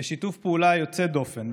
בשיתוף פעולה יוצא דופן,